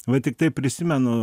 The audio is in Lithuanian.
va tiktai prisimenu